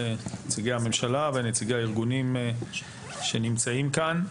לנציגי הממשלה ונציגי הארגונים שנמצאים כאן.